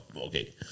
okay